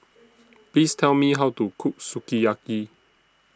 Please Tell Me How to Cook Sukiyaki